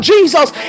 Jesus